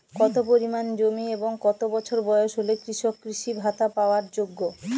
কত পরিমাণ জমি এবং কত বছর বয়স হলে কৃষক কৃষি ভাতা পাওয়ার যোগ্য?